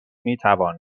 میتوان